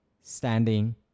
standing